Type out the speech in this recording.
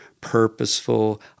purposeful